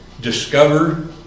discover